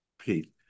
Pete